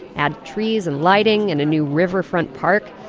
add trees, and lighting, and a new riverfront park